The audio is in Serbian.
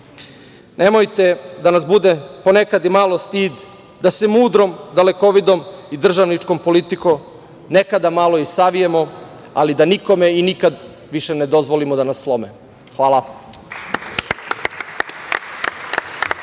Nemojte da nas ponekad bude i malo stid, da svojom mudrom, dalekovidom i državničkom politikom, nekada malo i savijemo, ali da nikada više i nikome ne dozvolimo da nas slome. Hvala.